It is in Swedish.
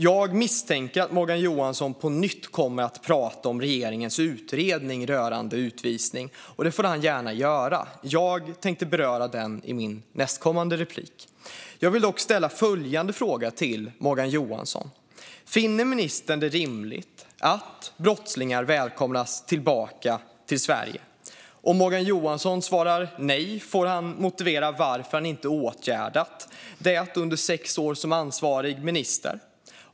Jag misstänker att Morgan Johansson på nytt kommer att prata om regeringens utredning rörande utvisning. Det får han gärna göra. Jag tänkte beröra denna utredning i mitt nästa inlägg. Jag vill dock ställa följande fråga till Morgan Johansson: Finner ministern det rimligt att brottslingar välkomnas tillbaka till Sverige? Om Morgan Johansson svarar nej får han motivera varför han inte har åtgärdat det under sex år som ansvarig minister.